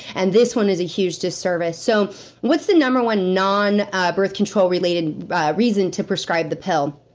and this one is a huge disservice. so what's the number one non birth control related reason to prescribe the pill?